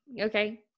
Okay